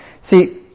See